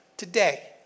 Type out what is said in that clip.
Today